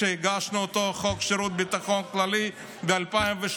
כשהגשנו את אותו חוק שירות ביטחון כללי ב-2018,